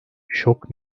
şok